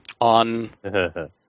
on